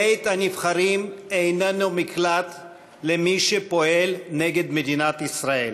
בית-הנבחרים איננו מקלט למי שפועל נגד מדינת ישראל.